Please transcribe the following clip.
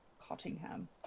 Cottingham